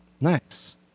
Nice